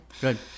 Good